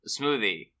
Smoothie